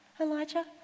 Elijah